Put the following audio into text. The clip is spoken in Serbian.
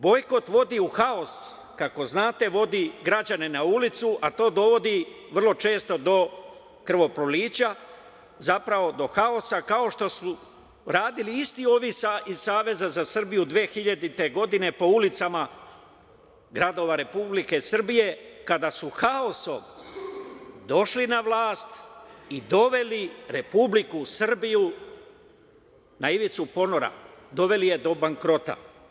Bojkot vodi u haos, kako znate, vodi građane na ulicu, a to dovodi vrlo često do krvoprolića, zapravo do haosa, kao što su radili isti ovi iz Saveza za Srbiju 2000. godine po ulicama gradova Republike Srbije, kada su haosom došli na vlast i doveli Republiku Srbiju na ivicu ponora, doveli je do bankrota.